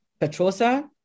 Petrosa